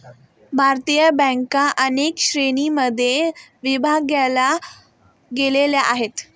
भारतीय बँका अनेक श्रेणींमध्ये विभागल्या गेलेल्या आहेत